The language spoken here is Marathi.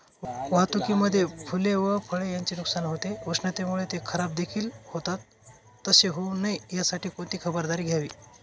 वाहतुकीमध्ये फूले व फळे यांचे नुकसान होते, उष्णतेमुळे ते खराबदेखील होतात तसे होऊ नये यासाठी कोणती खबरदारी घ्यावी?